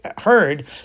heard